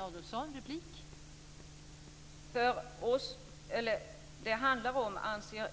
Fru talman! Det handlar om, anser